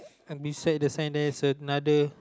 and beside the sign there is another